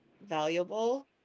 valuable